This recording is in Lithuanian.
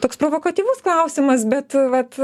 toks provokatyvus klausimas bet vat